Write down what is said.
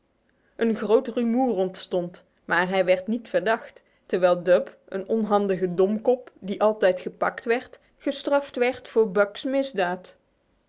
een groot rumoer ontstond maar hij werd niet verdacht terwijl dub een onhandige domkop die altijd gepakt werd gestraft werd voor buck's